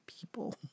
people